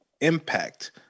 impact